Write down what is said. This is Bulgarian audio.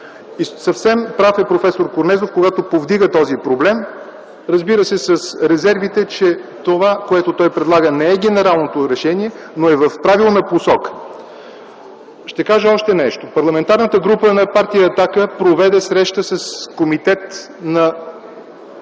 е съвсем прав, когато повдига този проблем, разбира се, с резервите, че това, което предлага, не е генералното решение, но е в правилна посока. Ще кажа още нещо. Парламентарната група на Партия „Атака” проведе среща с Комитета на